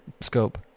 scope